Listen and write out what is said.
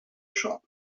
shop